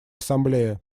ассамблея